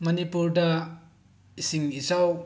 ꯃꯅꯤꯄꯨꯔꯗ ꯏꯁꯤꯡ ꯏꯆꯥꯎ